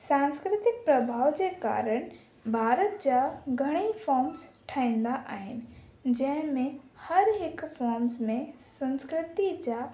सांस्कृतिक प्रभाव जे कारणु भारत जा घणेई फोम्स ठहींदा आहिनि जंहिंमें हर हिकु फोम्स में संस्कृति जा